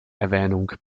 erwähnung